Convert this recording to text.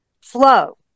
flow